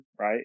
right